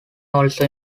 also